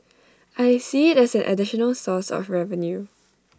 I see IT as an additional source of revenue